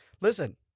Listen